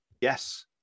Yes